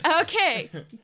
Okay